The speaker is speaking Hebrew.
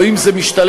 או אם זה משתלם,